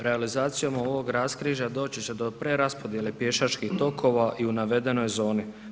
Realizacijom ovog raskrižja doći će do preraspodijele pješačkih tokova i u navedenoj zoni.